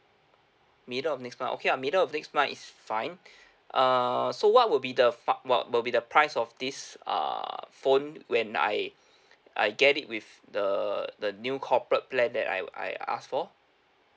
middle of next month okay ah middle of next month is fine err so what would be the fun what will be the price of this err phone when I I get it with the the new corporate plan that I were I asked for